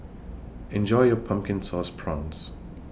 Enjoy your Pumpkin Sauce Prawns